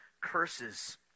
curses